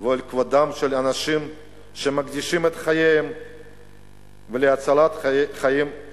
ועל כבודם של אנשים שמקדישים את חייהם להצלת חיים של